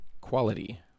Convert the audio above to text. quality